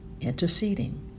interceding